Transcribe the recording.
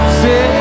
say